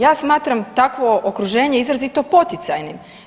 Ja smatram takvo okruženje izrazito poticajnim.